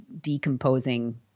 decomposing